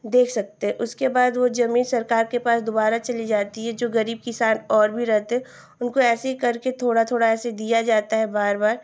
देख सकते हैं उसके बाद वह ज़मीन सरकार के पास दुबारा चली जाती है जो गरीब किसान और भी रहते हैं उनको ऐसे ही करके थोड़ा थोड़ा ऐसे दिया जाता है बार बार